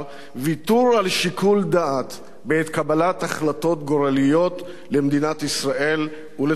ויתור על שיקול דעת בעת קבלת החלטות גורליות למדינת ישראל ולתושביה.